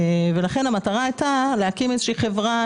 המטרה הייתה להקים איזושהי חברה,